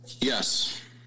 yes